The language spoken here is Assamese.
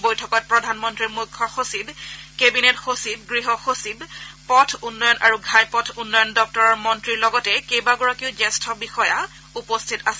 বৈঠকত প্ৰধানমন্ত্ৰীৰ মুখ্য সচিব কেবিনেট সচিব গৃহ সচিব পথ উন্নয়ন আৰু ঘাইপথ উন্নয়ন দপ্তৰৰ মন্ত্ৰীৰ লগতে কেইবাগাৰকীও জ্যেষ্ঠ বিষয়া উপস্থিত আছিল